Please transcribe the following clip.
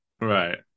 Right